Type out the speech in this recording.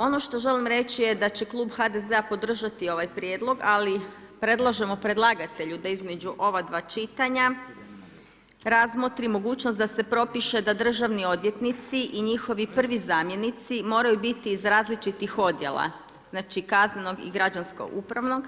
Ono što želim reći je da će Kluba HDZ-a podržati ovaj Prijedlog, ali predlažemo predlagatelju da između ova dva čitanja razmotri mogućnost da se propiše da državni odvjetnici i njihovi prvi zamjenici moraju biti iz različitih odjela znači iz kaznenog i građansko-upravnog,